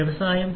വ്യവസായ 4